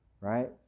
right